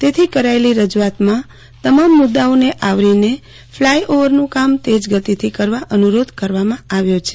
તેથી કરાતેલ રજુઆતમાં તમામ મુ દાઓને આવરી ફ્લાયઓવરનું કામ તેજ ગતિથી કરવા અનુરોધ કરવામાં આવ્યો છે